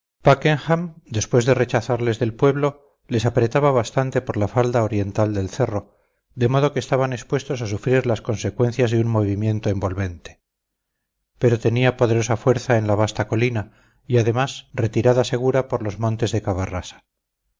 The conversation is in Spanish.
después de rechazarles del pueblo les apretaba bastante por la falda oriental del cerro de modo que estaban expuestos a sufrir las consecuencias de un movimiento envolvente pero tenía poderosa fuerza en la vasta colina y además retirada segura por los montes de cavarrasa la